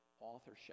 authorship